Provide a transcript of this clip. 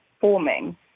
forming